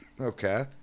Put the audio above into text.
Okay